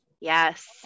Yes